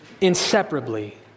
inseparably